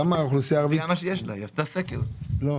זה בתהליך.